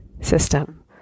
System